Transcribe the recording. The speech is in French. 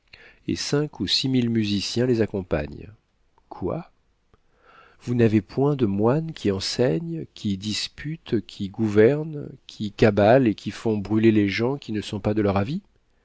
et cinq ou six mille musiciens les accompagnent quoi vous n'avez point de moines qui enseignent qui disputent qui gouvernent qui cabalent et qui font brûler les gens qui ne sont pas de leur avis